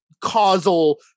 causal